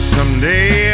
Someday